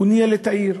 ניהל את העיר,